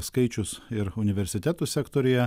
skaičius ir universitetų sektoriuje